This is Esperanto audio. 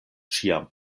ĉiam